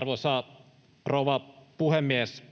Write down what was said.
Arvoisa rouva puhemies!